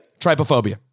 trypophobia